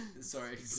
sorry